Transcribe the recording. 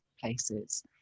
places